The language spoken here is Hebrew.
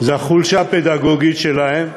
זו החולשה הפדגוגית שלהן,